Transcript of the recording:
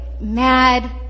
mad